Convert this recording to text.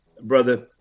Brother